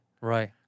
Right